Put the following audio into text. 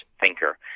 thinker